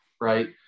right